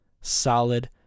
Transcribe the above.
Solid